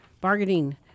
bargaining